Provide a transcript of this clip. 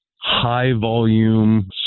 high-volume